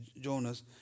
Jonas